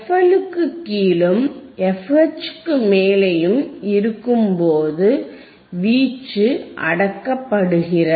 FL க்குக் கீழும் fH க்கு மேலேயும் இருக்கும்போது வீச்சு அடக்கப்படுகிறது